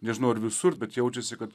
nežinau ar visur bet jaučiasi kad